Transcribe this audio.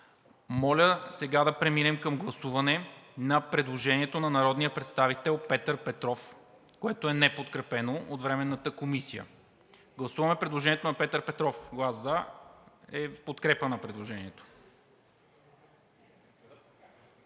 Моля сега да преминем към гласуване на предложението на народния представител Петър Петров, което е неподкрепено от Временната комисия. Глас за е в подкрепа на предложението.